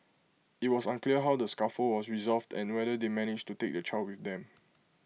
IT was unclear how the scuffle was resolved and whether they managed to take the child with them